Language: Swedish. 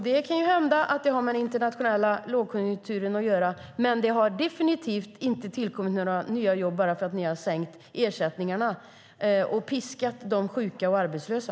Det kan hända att det har med den internationella lågkonjunkturen att göra, men det har definitivt inte tillkommit några nya jobb bara för att ni har sänkt ersättningarna och piskat de sjuka och arbetslösa.